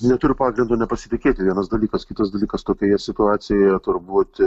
neturiu pagrindo nepasitikėti vienas dalykas kitas dalykas tokioje situacijoje turbūt